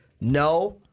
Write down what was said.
no